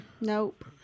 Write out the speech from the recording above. Nope